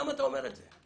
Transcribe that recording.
למה אתה אומר את זה?